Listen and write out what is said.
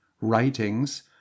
writings